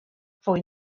fwy